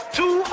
two